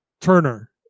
Turner